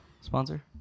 sponsor